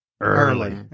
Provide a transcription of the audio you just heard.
early